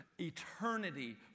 eternity